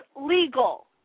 legal